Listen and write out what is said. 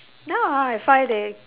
now ah I find they